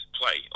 play